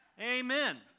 Amen